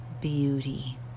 beauty